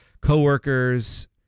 coworkers